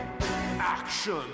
Action